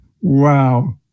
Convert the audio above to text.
Wow